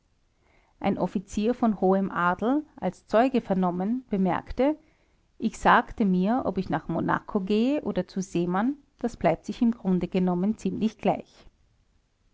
ein offizier eines feudalen kavallerieregiments von hohem adel bekundete in hannover als zeuge ich sagte mir ob ich nach monaco gehe oder zu seemann das bleibt sich im grunde genommen ziemlich gleich